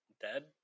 dead